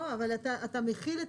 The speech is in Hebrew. לא אבל אתה מחיל,